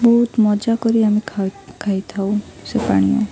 ବହୁତ ମଜା କରି ଆଉ ଖାଇଥାଉ ସେ ପାନୀୟ